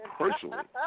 personally